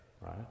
right